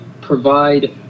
provide